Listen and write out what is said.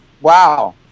Wow